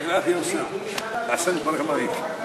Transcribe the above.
אאפשר למבורך להגיע למקומו.